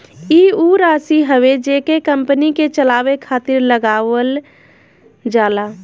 ई ऊ राशी हवे जेके कंपनी के चलावे खातिर लगावल जाला